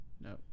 No